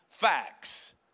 facts